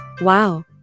Wow